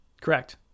correct